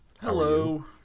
Hello